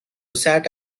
sat